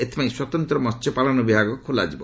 ଏଥିପାଇଁ ସ୍ୱତନ୍ତ୍ର ମହ୍ୟପାଳନ ବିଭାଗ ଖୋଲାଯିବ